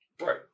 Right